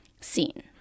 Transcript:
scene